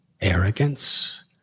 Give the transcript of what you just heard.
arrogance